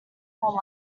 whole